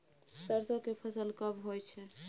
सरसो के फसल कब होय छै?